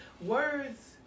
words